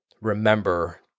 Remember